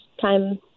time